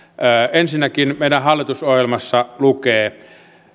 ensinnäkin meidän hallitusohjelmassamme lukee